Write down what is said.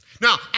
Now